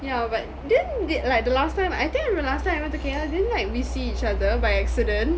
yeah but didn't did like the last time I think the last time I went to K_L didn't like we see each other by accident